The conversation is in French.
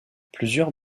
plusieurs